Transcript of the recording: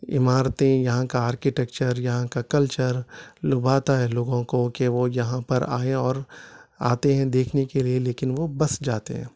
عمارتیں یہاں کا آرکیٹیکچر یہاں کا کلچر لبھاتا ہے لوگوں کو کہ وہ یہاں پر آئیں اور آتے ہیں دیکھنے کے لیے لیکن وہ بس جاتے ہیں